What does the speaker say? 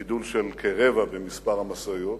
גידול של כרבע במספר המשאיות,